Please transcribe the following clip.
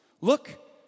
Look